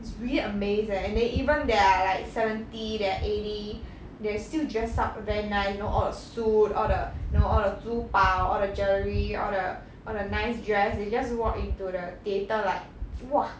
it's really amazed leh and then even they are like seventy they are eighty they still dress up very nice you know all the suit all the you know all the 珠宝 all the jewellery all the all the nice dress they just walk into the theatre like !wah!